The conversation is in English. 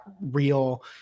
real